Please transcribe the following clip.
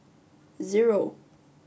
zero